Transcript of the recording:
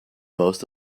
most